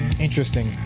interesting